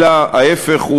אלא להפך,